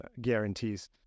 guarantees